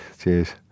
cheers